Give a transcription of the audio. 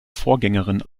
vorgängerin